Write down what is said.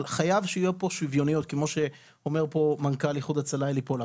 אבל חייב שתהיה פה שוויוניות כמו שאומר פה מנכ"ל איחוד הצלה אלי פולק.